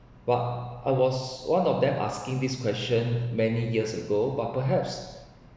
but I was one of them asking this question many years ago but perhaps